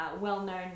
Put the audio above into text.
well-known